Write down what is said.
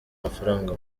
amafaranga